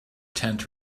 tent